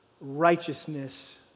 Righteousness